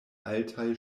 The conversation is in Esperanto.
altaj